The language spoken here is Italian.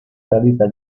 salita